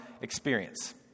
experience